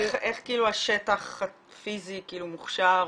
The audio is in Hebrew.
איך השטח הפיזי מוכשר?